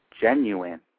genuine